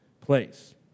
place